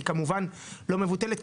היא כמובן לא מבוטלת,